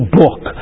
book